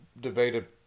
debated